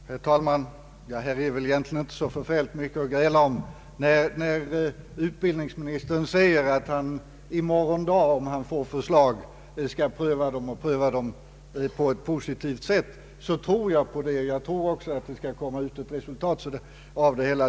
Herr talman! Det finns väl egentligen inte så mycket att gräla om. När utbildningsministern säger att han i morgon dag, om han får förslag, skall pröva dem på ett positivt sätt, så tror jag på det, och jag tror också att det kommer ut resultat av det hela.